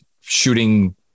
shooting